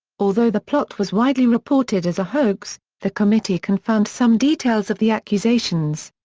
although the plot was widely reported as a hoax, the committee confirmed some details of the accusations.